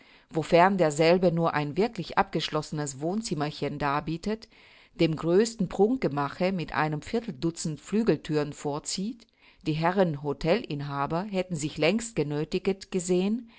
wofern derselbe nur ein wirklich abgeschlossenes wohnzimmerchen darbietet dem größten prunkgemache mit einem vierteldutzend flügelthüren vorzieht die herren htel inhaber hätten sich längst genöthiget gesehen